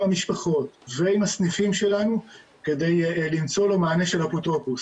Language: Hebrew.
המשפחות ועם הסניפים שלנו כדי למצוא לו מענה של אפוטרופוס.